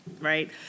right